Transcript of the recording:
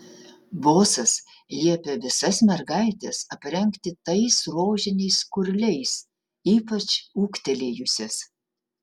bosas liepia visas mergaites aprengti tais rožiniais skurliais ypač ūgtelėjusias